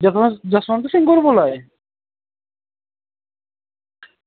जसवंत सिंह होर बोल्ला दे